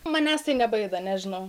manęs tai nebaido nežinau